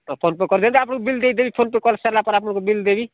ତ ଫୋନ୍ ପେ କରିଦିଅନ୍ତୁ ଆପଣଙ୍କୁ ବିଲ୍ ଦେଇଦେବି ଫୋନ୍ ପେ କରିସାରିଲା ପରେ ଆପଣଙ୍କୁ ବିଲ୍ ଦେବି